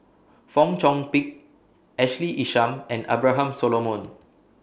Fong Chong Pik Ashley Isham and Abraham Solomon